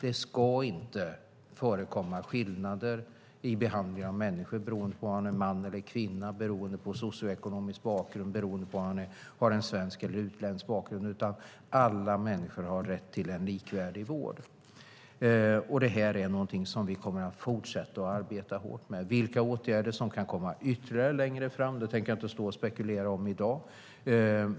Det ska inte förekomma skillnader vid behandling av människor beroende på om de är män eller kvinnor, beroende på socioekonomisk bakgrund eller beroende på om de har svensk eller utländsk bakgrund. Alla människor har rätt till en likvärdig vård. Detta är någonting som vi kommer att fortsätta arbeta hårt med. Vilka ytterligare åtgärder som kan vidtas längre fram tänker jag inte stå och spekulera om i dag.